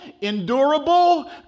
endurable